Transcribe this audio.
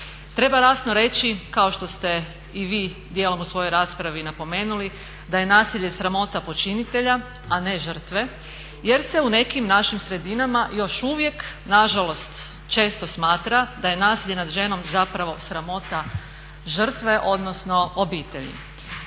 Treba jasno reći kao što ste i vi dijelom u svojoj raspravi napomenuli da je nasilje sramota počinitelja a ne žrtve jer se u nekim našim sredinama još uvijek na žalost često smatra da je nasilje nad ženom zapravo sramota žrtve, odnosno obitelji.